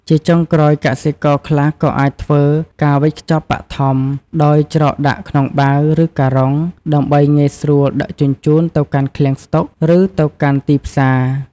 ជាចុងក្រោយ កសិករខ្លះក៏អាចធ្វើ ការវេចខ្ចប់បឋម ដោយច្រកដាក់ក្នុងបាវ ឬការុង ដើម្បីងាយស្រួលដឹកជញ្ជូនទៅកាន់ឃ្លាំងស្តុក ឬទៅកាន់ទីផ្សារ។